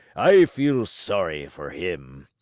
i feel sorry for him!